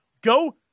Go